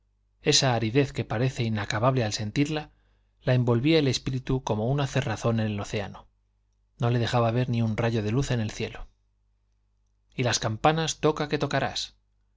esa aridez que parece inacabable al sentirla la envolvía el espíritu como una cerrazón en el océano no le dejaba ver ni un rayo de luz del cielo y las campanas toca que tocarás